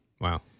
Wow